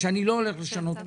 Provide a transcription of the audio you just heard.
ושאני לא הולך לשנות כלום.